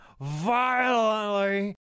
violently